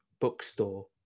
bookstore